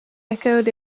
echoed